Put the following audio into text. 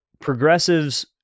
progressives